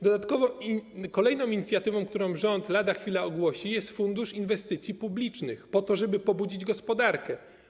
Dodatkową, kolejną inicjatywą, którą rząd lada chwila ogłosi, jest fundusz inwestycji publicznych, po to żeby pobudzić gospodarkę.